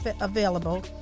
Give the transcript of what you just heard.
available